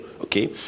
okay